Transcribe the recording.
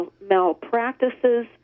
malpractices